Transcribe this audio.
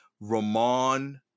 Ramon